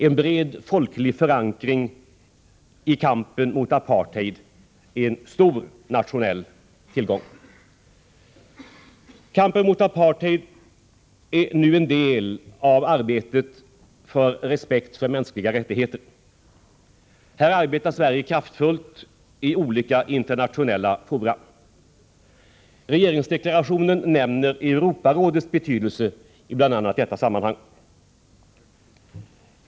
En bred folklig förankring i kampen mot apartheid är en stor nationell tillgång. Kampen mot apartheid är en del av arbetet för att respekt för mänskliga rättigheter skall iakttas. Här arbetar Sverige kraftfullt i olika internationella fora. I regeringsdeklarationen nämns Europarådets betydelse i bl.a. detta sammanhang.